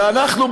ואנחנו,